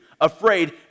afraid